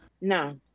no